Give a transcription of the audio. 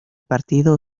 partido